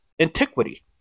antiquity